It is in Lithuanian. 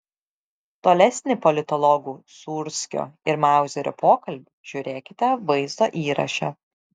tolesnį politologų sūrskio ir mauzerio pokalbį žiūrėkite vaizdo įraše